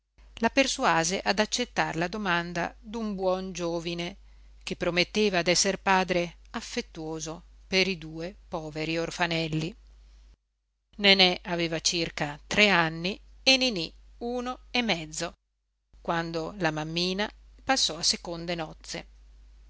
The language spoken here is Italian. la persuase ad accettar la domanda d'un buon giovine che prometteva d'esser padre affettuoso per i due poveri orfanelli nenè aveva circa tre anni e niní uno e mezzo quando la mammina passò a seconde nozze